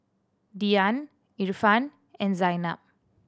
Dian Irfan and Zaynab